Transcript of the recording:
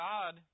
God